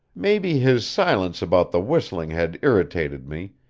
maybe his silence about the whistling had irritated me,